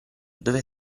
dove